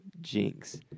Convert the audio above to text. jinx